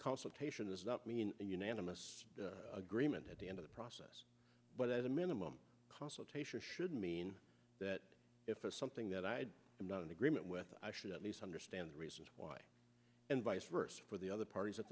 consultation does that mean unanimous agreement at the end of the process but at a minimum consultation should mean that if it's something that i am not in agreement with i should at least understand the reasons why and vice versa for the other parties at